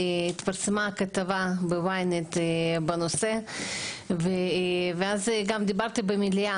התפרסמה כתבה בYNET- בנושא ואז גם דיברתי במליאה,